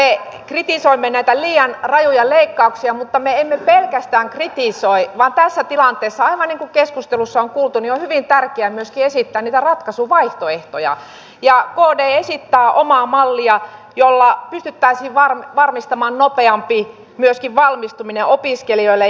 me kritisoimme näitä liian rajuja leikkauksia mutta me emme pelkästään kritisoi vaan tässä tilanteessa aivan niin kuin keskustelussa on kuultu on hyvin tärkeää myöskin esittää niitä ratkaisuvaihtoehtoja ja kd esittää omaa mallia jolla pystyttäisiin varmistamaan myöskin nopeampi valmistuminen opiskelijoille